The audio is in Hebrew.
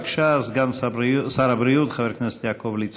בבקשה, סגן שר הבריאות חבר הכנסת יעקב ליצמן.